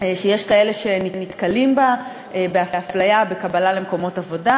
שיש כאלה שנתקלים בה בקבלה למקומות עבודה,